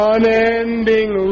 Unending